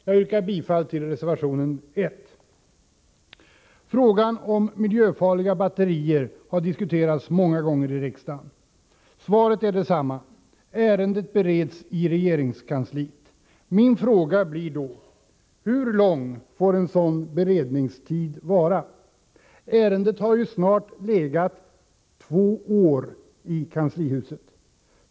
Jag yrkar bifall till reservation 1. Frågan om miljöfarliga batterier har diskuterats många gånger i riksdagen. Svaret är detsamma nu som tidigare: Ärendet bereds i regeringskansliet. Min fråga blir då: Hur lång får en sådan beredningstid vara? Ärendet har ju snart legat två år i kanslihuset.